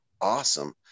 awesome